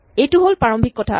এইটো হ'ল প্ৰাৰম্ভিক কথা